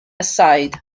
aside